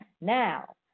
Now